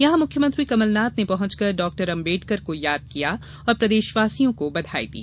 यहां मुख्यमंत्री कमलनाथ ने पहुंचकर डाक्टर अंबेडकर को याद किया और प्रदेशवासियों को बधाई दी